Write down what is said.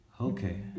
Okay